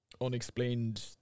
Unexplained